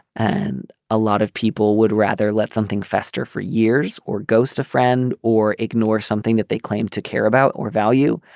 and a lot of people would rather let something fester for years or goes a friend or ignore something that they claim to care about or value